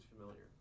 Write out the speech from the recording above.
familiar